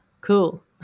cool